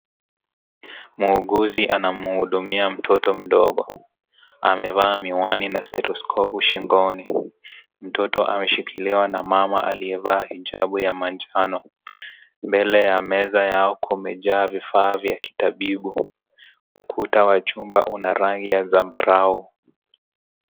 Muuguzi anamhudumia mtoto mdogo . Amevaa miwani na stethoskopu shingoni . Mtoto ameshikiliwa na mama aliyevaa hijab ya manjano . Mbele ya meza yao kumejaa vifaa vya kitabibu . Ukuta wa chumba una rangi ya zambarau.